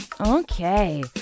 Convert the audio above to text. Okay